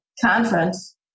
conference